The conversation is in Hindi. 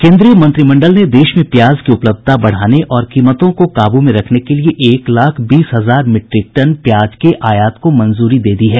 केन्द्रीय मंत्रिमंडल ने देश में प्याज की उपलब्धता बढ़ाने और कीमतों को काबू में रखने के लिए एक लाख बीस हजार मीट्रिक टन प्याज के आयात की मंजूरी दे दी है